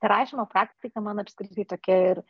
rašymo praktika man apskritai tokia ir